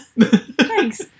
Thanks